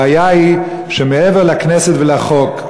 הבעיה היא שמעבר לכנסת ולחוק,